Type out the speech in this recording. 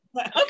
Okay